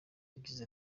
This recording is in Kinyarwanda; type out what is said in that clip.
yagize